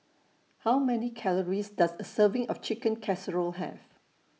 How Many Calories Does A Serving of Chicken Casserole Have